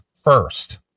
first